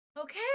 okay